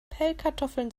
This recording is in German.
pellkartoffeln